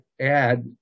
add